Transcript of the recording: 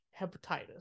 hepatitis